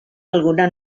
alguna